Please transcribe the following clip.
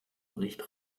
bericht